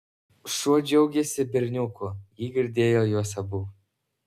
šuo džiaugėsi berniuku ji girdėjo juos abu